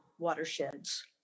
watersheds